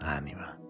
anima